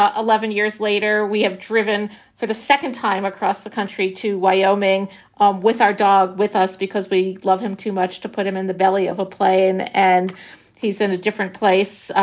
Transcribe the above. ah eleven years later, we have driven for the second time across the country to wyoming um with our dog, with us, because we love him too much to put him in the belly of a plane and he's in a different place.